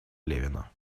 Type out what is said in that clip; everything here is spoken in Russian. левина